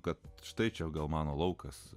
kad štai čia gal mano laukas